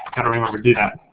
gotta remember to do that.